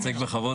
שאותן בעיות